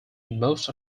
most